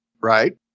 Right